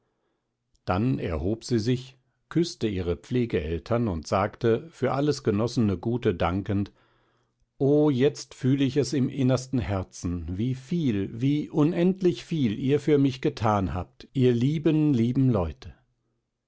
dann erhob sie sich küßte ihre pflegeeltern und sagte für alles genossene gute dankend o jetzt fühle ich es im innersten herzen wie viel wie unendlich viel ihr für mich getan habt ihr lieben lieben leute